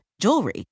jewelry